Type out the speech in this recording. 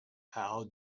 how